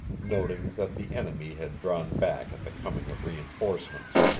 noting that the enemy had drawn back at the coming of reinforcements.